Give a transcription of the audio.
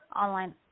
online